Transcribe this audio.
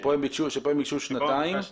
כאן הם ביקשו הארכה לשנתיים.